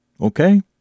Okay